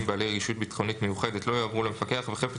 בעלי רגישות ביטחונית מיוחדת לא יועברו למפקח וחפץ